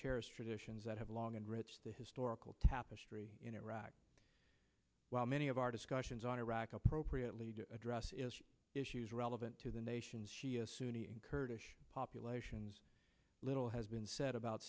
treasure traditions that have long and rich the historical tapestry in iraq while many of our discussions on iraq appropriately to address issues relevant to the nation's shia sunni and kurdish populations little has been said about